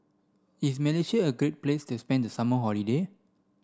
is Malaysia a great place to spend the summer holiday